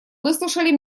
выслушали